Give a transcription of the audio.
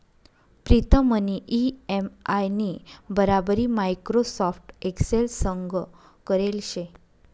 प्रीतमनी इ.एम.आय नी बराबरी माइक्रोसॉफ्ट एक्सेल संग करेल शे